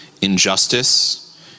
injustice